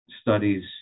studies